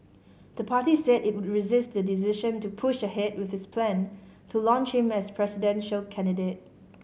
the party said it would resist the decision and push ahead with its plan to launch him as presidential candidate